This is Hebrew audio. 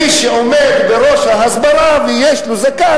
מי שעומד בראש ההסברה ויש לו זקן,